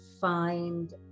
find